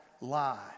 lie